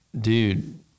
dude